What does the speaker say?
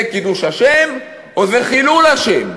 זה קידוש השם, או שזה חילול השם?